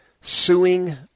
suing